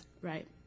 Right